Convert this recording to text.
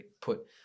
put